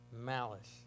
malice